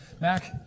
Mac